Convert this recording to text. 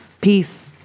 Peace